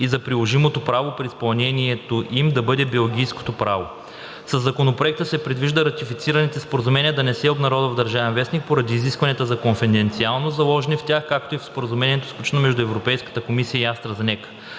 и за приложимото право при изпълнението им да бъде белгийското право. Със Законопроекта се предвижда ратифицираните споразумения да не се обнародват в „Държавен вестник“ поради изискванията за конфиденциалност, заложени в тях, както и в Споразумението, сключено между Европейската комисия и АстраЗенека.